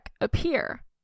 appear